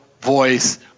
voice